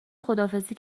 خداحافظی